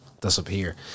disappear